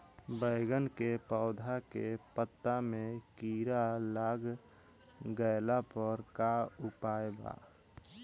बैगन के पौधा के पत्ता मे कीड़ा लाग गैला पर का उपाय बा?